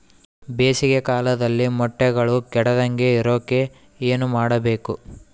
ಬೇಸಿಗೆ ಕಾಲದಲ್ಲಿ ಮೊಟ್ಟೆಗಳು ಕೆಡದಂಗೆ ಇರೋಕೆ ಏನು ಮಾಡಬೇಕು?